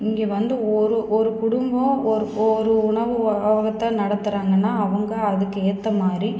இங்கே வந்து ஒரு ஒரு குடும்பம் ஒரு ஒரு உணவகத்தை நடத்தறாங்கன்னால் அவங்க அதுக்கு ஏற்ற மாதிரி